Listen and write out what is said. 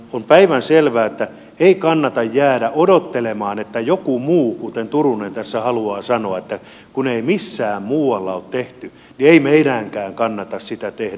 on päivänselvää että ei kannata jäädä odottelemaan että joku muu tekee kuten turunen tässä haluaa sanoa että kun ei missään muualla ole tehty niin ei meidänkään kannata sitä tehdä